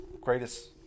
Greatest